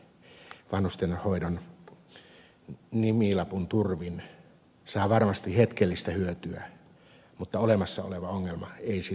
rahan syytämisellä kuntiin vanhustenhoidon nimilapun turvin saa varmasti hetkellistä hyötyä mutta olemassa oleva ongelma ei sillä ratkea